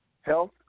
health